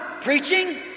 preaching